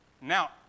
Now